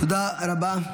תודה רבה.